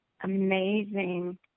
amazing